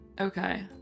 Okay